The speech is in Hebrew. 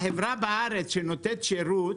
החברה בארץ שנותנת שירות.